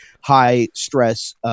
high-stress